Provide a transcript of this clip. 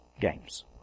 games